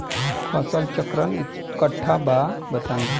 फसल चक्रण कट्ठा बा बताई?